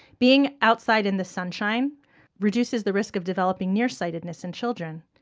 being outside in the sunshine reduces the risk of developing nearsightedness in children.